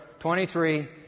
23